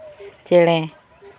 ᱪᱮᱬᱮ